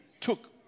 Took